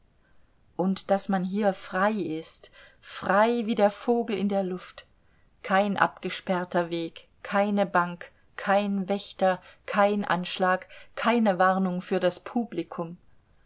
und daß man hier frei ist frei wie der vogel in der luft kein abgesperrter weg keine bank kein wächter kein anschlag keine warnung für das publikum